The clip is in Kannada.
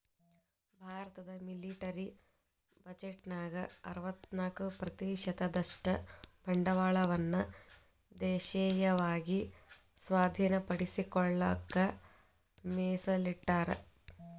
ಭಾರತದ ಮಿಲಿಟರಿ ಬಜೆಟ್ನ್ಯಾಗ ಅರವತ್ತ್ನಾಕ ಪ್ರತಿಶತದಷ್ಟ ಬಂಡವಾಳವನ್ನ ದೇಶೇಯವಾಗಿ ಸ್ವಾಧೇನಪಡಿಸಿಕೊಳ್ಳಕ ಮೇಸಲಿಟ್ಟರ